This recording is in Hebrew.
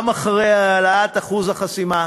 גם אחרי העלאת אחוז החסימה